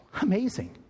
Amazing